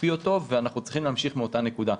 הקפיא אותו ואנחנו צריכים להמשיך מאותה נקודה.